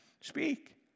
speak